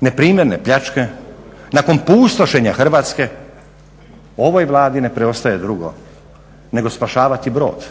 neprimjerne pljačke, nakon pustošenja Hrvatske ovoj Vladi ne preostaje drugo nego spašavati brod,